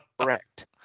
Correct